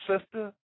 sister